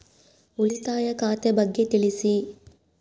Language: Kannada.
ಉಳಿತಾಯ ಖಾತೆ ಬಗ್ಗೆ ತಿಳಿಸಿ?